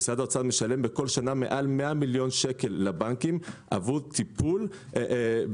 משרד האוצר משלם כל שנה מעל 100 מיליון שקל לבנקים עבור טיפול בזכאויות.